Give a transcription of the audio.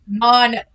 on